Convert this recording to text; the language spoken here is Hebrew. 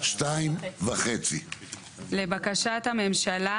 לבקשה הממשלה